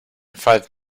five